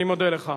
אני מודה לך.